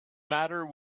matter